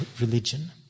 religion